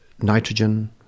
nitrogen